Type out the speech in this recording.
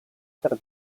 per